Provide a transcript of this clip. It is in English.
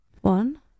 One